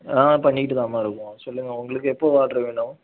ஆ பண்ணிகிட்டுதான்மா இருக்கோம் சொல்லுங்கள் உங்களுக்கு எப்போ ஆர்ட்ரு வேணும்